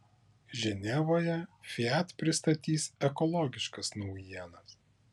ženevoje fiat pristatys ekologiškas naujienas